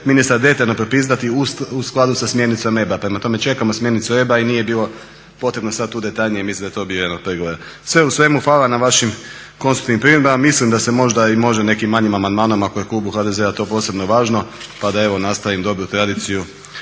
ministar detaljno propitati u skladu sa smjernicom EBA prema tome čekamo smjernicu EBA i nije bilo potrebno sada tu detaljnije i mislim da je to bio jedan od pregovora. Sve u svemu hvala na vašim konstruktivnim primjedbama, mislim da se moda može i nekim manjim amandmanom ako je klubu HDZ-a to posebno važno pa da nastavim onda dobru tradiciju